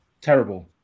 Terrible